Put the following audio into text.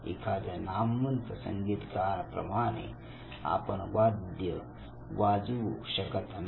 एखाद्या नामवंत संगीतकार या प्रमाणे आपण वाद्य वाजवू शकत नाही